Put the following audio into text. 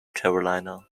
carolina